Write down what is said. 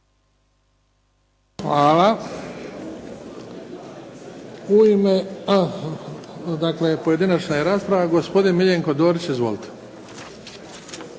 Hvala. Dakle, pojedinačna je rasprava. Gospodin Miljenko Dorić. Izvolite.